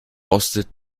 rostet